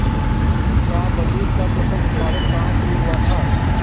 शाहबलूत का प्रथम उत्पादन कहां शुरू हुआ था?